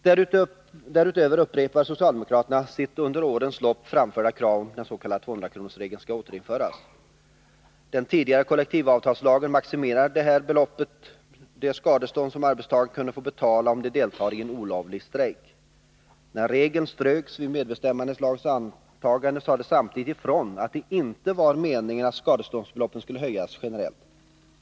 Därutöver upprepar socialdemokraterna sitt under årens lopp ofta framförda krav att den s.k. 200-kronorsregeln skall återinföras. Den tidigare kollektivavtalslagen maximerade till det beloppet det skadestånd som arbetstagarna kan få betala om de deltar i en olovlig strejk. När regeln ströks vid medbestämmandelagens antagande sades samtidigt ifrån att det inte var meningen att skadeståndsbeloppen skulle höjas generellt.